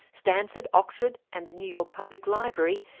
stanford, oxford and the new york public library,